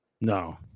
No